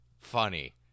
funny